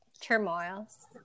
turmoils